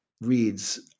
reads